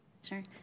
Sorry